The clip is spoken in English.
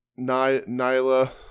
Nyla